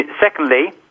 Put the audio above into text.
Secondly